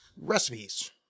recipes